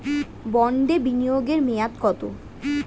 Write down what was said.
বন্ডে বিনিয়োগ এর মেয়াদ কত?